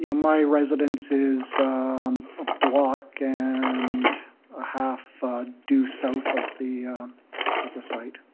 yeah my residence is a block and a half due south of the of the site.